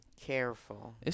careful